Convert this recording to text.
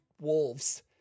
wolves